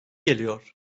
geliyor